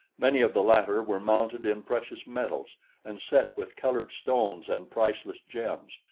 many of the latter were mounted in precious metals and set with colored stones and priceless gems,